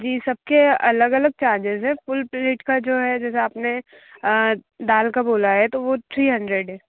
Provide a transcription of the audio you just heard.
जी सब के अलग अलग चारजेज हैं फुल प्लेट का जो है जैसे आप ने दाल का बोला है तो वो थ्री हंड्रेड है